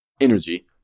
energy